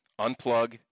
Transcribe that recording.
Unplug